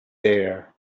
there